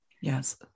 Yes